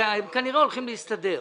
הם כנראה הולכים להסתדר.